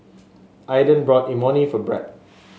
Aaden bought Imoni for Bret